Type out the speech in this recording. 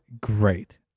great